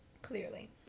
Clearly